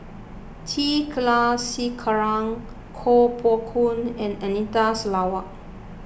T Kulasekaram Kuo Pao Kun and Anita Sarawak